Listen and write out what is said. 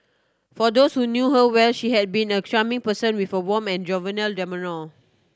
for those who knew her well she has been a charming person with a warm and jovial demeanour